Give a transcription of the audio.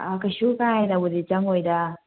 ꯑꯥ ꯀꯩꯁꯨ ꯀꯥ ꯍꯦꯟꯅꯕꯨꯗꯤ ꯆꯪꯉꯣꯏꯗ